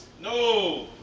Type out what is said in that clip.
No